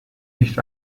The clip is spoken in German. nicht